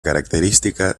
característica